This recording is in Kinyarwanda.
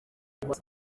ati